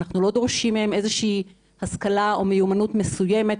אנחנו לא דורשים מהם איזושהי השכלה או מיומנות מסוימת.